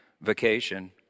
vacation